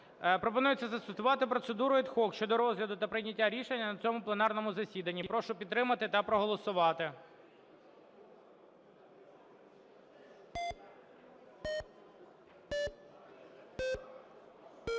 Пропонується застосувати процедуру ad hoc щодо розгляду та прийняття рішення на цьому пленарному засіданні. Прошу підтримати та проголосувати.